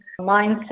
mindset